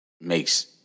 makes